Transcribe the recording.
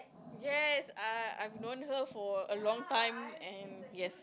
yes uh I've known her for a long time and yes